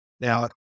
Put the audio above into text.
Now